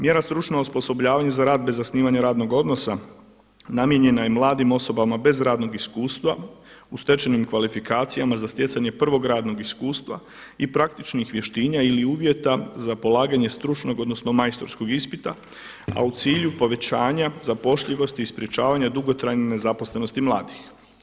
Mjera stručno osposobljavanje za rad bez osnivanja radnog odnosa namijenjena je mladim osobama bez radnog iskustva u stečenim kvalifikacijama za stjecanje prvog radnog iskustva i praktičnih vještina ili uvjeta za polaganje stručnog odnosno majstorskog ispita, a u cilju povećanja zapošljivosti i sprečavanja dugotrajne nezaposlenosti mladih.